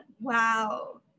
wow